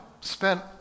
spent